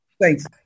Thanks